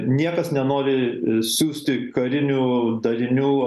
niekas nenori siųsti karinių darinių